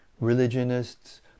religionists